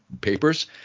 papers